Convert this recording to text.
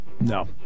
No